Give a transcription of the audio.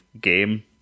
game